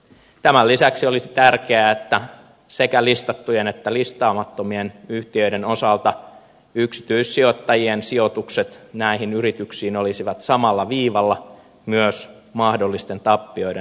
tämän lisäksi olisi tärkeää että sekä listattujen että listaamattomien yhtiöiden osalta yksityissijoittajien sijoitukset näihin yrityksiin olisivat samalla viivalla myös mahdollisten tappioiden verovähennysten osalta